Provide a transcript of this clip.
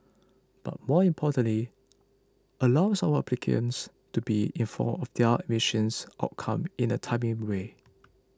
but more importantly allows our applicants to be informed of their admission outcome in a timely way